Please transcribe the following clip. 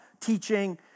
teaching